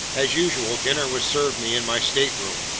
as usual, dinner was served me in my stateroom.